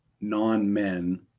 non-men